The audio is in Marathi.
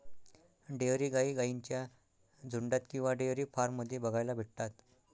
डेयरी गाई गाईंच्या झुन्डात किंवा डेयरी फार्म मध्ये बघायला भेटतात